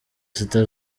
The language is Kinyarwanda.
sita